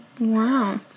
Wow